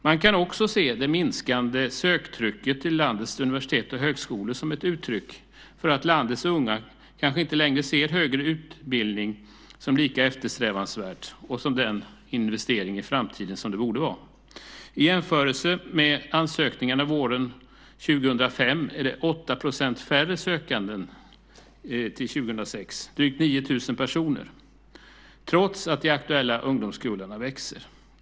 Man kan också se det minskande söktrycket till landets universitet och högskolor som ett uttryck för att landets unga kanske inte längre ser högre utbildning som lika eftersträvansvärd och som den investering i framtiden som den borde vara. I jämförelse med ansökningarna våren 2005 är det 8 % färre sökande år 2006 - drygt 9 000 personer - trots att de aktuella ungdomskullarna växer.